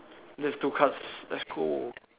left two cards let's go